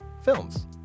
Films